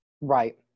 right